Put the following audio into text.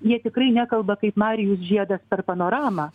jie tikrai nekalba kaip marijus žiedas per panoramą